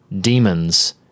demons